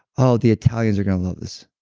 oh, the italians are going to love this.